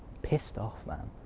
pissed off, man.